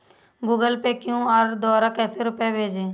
Google Pay QR द्वारा कैसे रूपए भेजें?